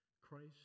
Christ